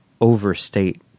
overstate